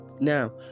now